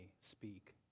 speak